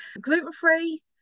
Gluten-free